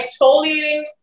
exfoliating